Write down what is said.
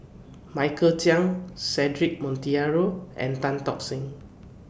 Michael Chiang Cedric Monteiro and Tan Tock Seng